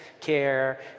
care